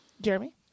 Jeremy